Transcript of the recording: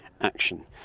action